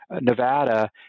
Nevada